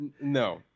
No